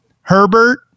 Herbert